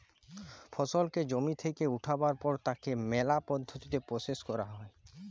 ফসলকে জমি থেক্যে উঠাবার পর তাকে ম্যালা পদ্ধতিতে প্রসেস ক্যরা হ্যয়